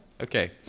okay